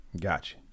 Gotcha